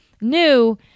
new